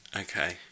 Okay